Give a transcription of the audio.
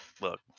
Look